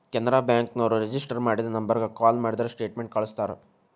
Canara bank ನೋರು register ಮಾಡಿದ ನಂಬರ್ಗ ಕಾಲ ಮಾಡಿದ್ರ ಸ್ಟೇಟ್ಮೆಂಟ್ ಕಳ್ಸ್ತಾರ